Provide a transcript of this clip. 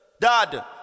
Dad